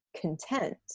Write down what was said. content